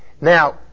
Now